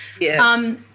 Yes